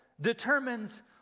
determines